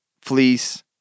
fleece